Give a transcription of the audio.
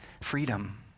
freedom